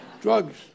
Drugs